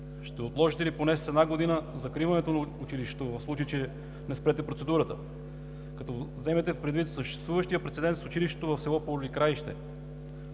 Ще отложите ли поне с една година закриването на училището, в случай, че не спрете процедурата, като вземете предвид съществуващия прецедент с училището в село Поликраище?